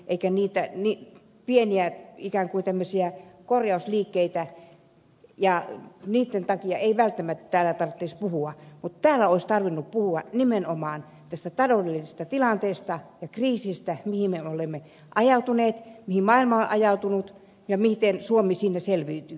eikä niitä ehdi pieniä ikään kuin tämmöisiä korjausliikkeitä ja niitten takia ei välttämättä täällä tarvitsisi puhua mutta täällä olisi tarvinnut puhua nimenomaan tästä taloudellisesta tilanteesta ja kriisistä mihin me olemme ajautuneet mihin maailma on ajautunut ja siitä miten suomi siinä selviytyy